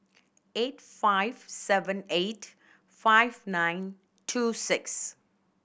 eight five seven eight five nine two six